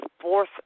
Fourth